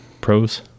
pros